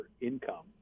income